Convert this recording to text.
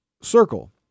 circle